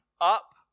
up